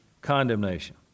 condemnation